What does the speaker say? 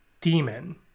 demon